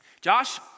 Josh